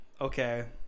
okay